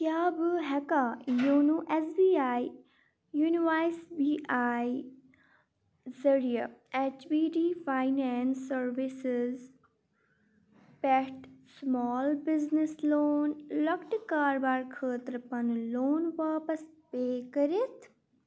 کیٛاہ بہٕ ہٮ۪کا YONO S B I YONO S B I ذٔریعہٕ H P D finance services پٮ۪ٹھ سُمال بِزنِس لون لۄکٹہِ کارٕبارٕ خٲطرٕ پَنُن لون واپس پے کٔرِتھ